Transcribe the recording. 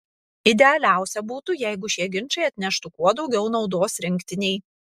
idealiausia būtų jeigu šie ginčai atneštų kuo daugiau naudos rinktinei